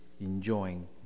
enjoying